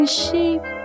sheep